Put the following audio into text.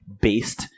based